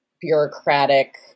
bureaucratic